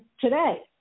today